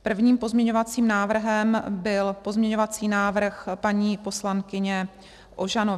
Prvním pozměňovacím návrhem byl pozměňovací návrh paní poslankyně Ožanové.